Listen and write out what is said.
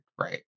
right